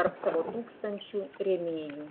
tarp savo tūkstančių rėmėjų